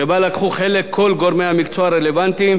שבה לקחו חלק כל גורמי המקצוע הרלוונטיים,